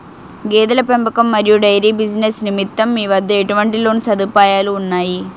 గేదెల పెంపకం మరియు డైరీ బిజినెస్ నిమిత్తం మీ వద్ద ఎటువంటి లోన్ సదుపాయాలు ఉన్నాయి?